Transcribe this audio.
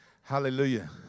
hallelujah